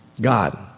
God